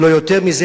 אם לא יותר מזה.